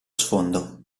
sfondo